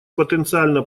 потенциально